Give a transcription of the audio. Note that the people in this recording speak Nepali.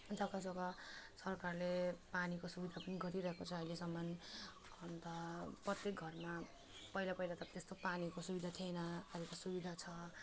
जग्गा जग्गा सरकारले पानीको सुविधा पनि गरिरहेको छ अहिलेसम्म अन्त प्रत्येक घरमा पहिला पहिला त त्यस्तो पानीको सुविधा थिएन अहिले त सुविधा छ